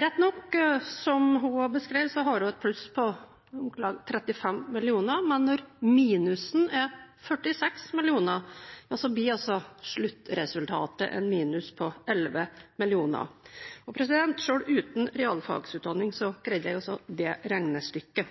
Rett nok, som hun også beskrev, har hun et pluss på om lag 35 mill. kr, men når minusen er 46 mill. kr, ja, så blir altså sluttresultatet en minus på 11 mill. kr. Selv uten realfagsutdanning greide jeg altså det regnestykket.